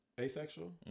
Asexual